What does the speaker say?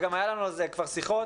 וגם היו לנו על זה כבר שיחות,